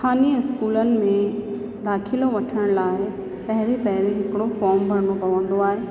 स्थानीय स्कूलनि में दाख़िलो वठण लाइ पहिरीं पहिरीं हिकिड़ो फोर्म भरिणो पवंदो आहे